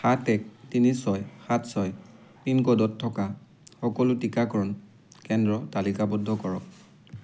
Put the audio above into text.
সাত এক তিনি ছয় সাত ছয় পিন ক'ডত থকা সকলো টিকাকৰণ কেন্দ্ৰ তালিকাবদ্ধ কৰক